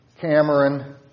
Cameron